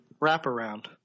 wraparound